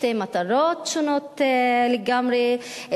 שתי מטרות שונות לגמרי,